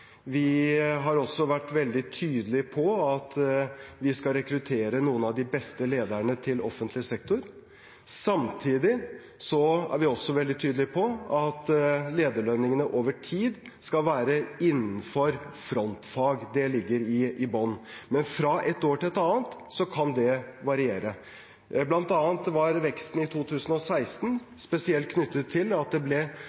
Vi har også vært veldig tydelige på at vi skal rekruttere noen av de beste lederne til offentlig sektor. Samtidig er vi også veldig tydelige på at lederlønningene over tid skal være innenfor frontfag – det ligger i bunnen. Men fra et år til et annet kan det variere. Blant annet var veksten i 2016